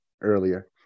earlier